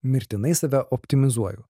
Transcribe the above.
mirtinai save optimizuoju